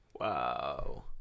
Wow